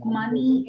money